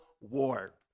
war